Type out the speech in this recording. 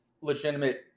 legitimate